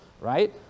right